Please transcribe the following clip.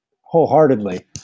wholeheartedly